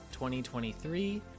2023